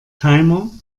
timer